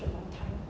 a long time